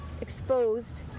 exposed